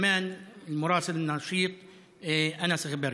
וגם מוראס אל-נרשיר ואנס אגבאריה.